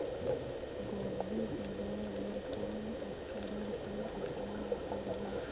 गोभी जगाय बर कौन उपकरण के उपयोग करबो?